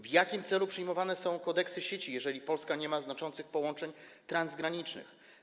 W jakim celu przyjmowane są kodeksy sieci, jeżeli Polska nie ma znaczących połączeń transgranicznych?